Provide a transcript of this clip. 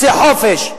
רוצה חופש,